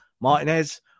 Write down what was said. Martinez